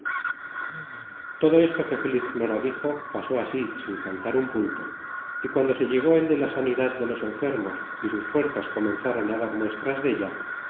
todo esto que feliz flora dijo pasó así sin faltar punto y cuando se llegó el de la sanidad de los enfermos y sus fuerzas comenzaron á dar muestras della